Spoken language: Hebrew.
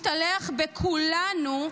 משתלח בכולנו,